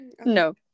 No